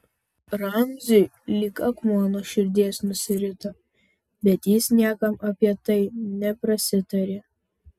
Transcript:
ramziui lyg akmuo nuo širdies nusirito bet jis niekam apie tai neprasitarė